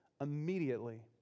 immediately